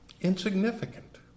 insignificant